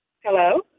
Hello